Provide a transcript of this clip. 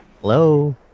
Hello